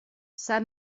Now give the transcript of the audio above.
sap